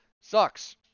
Sucks